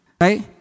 right